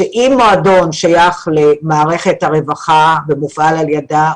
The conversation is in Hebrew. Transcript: שאם מועדון שייך למערכת הרווחה ומופעל על ידה,